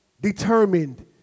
determined